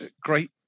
great